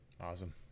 Awesome